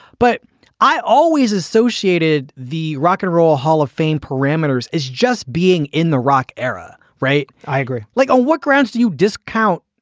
but i always associated the rock and roll hall of fame parameters is just being in the rock era. right. i agree. like on what grounds do you discount?